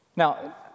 Now